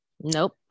Nope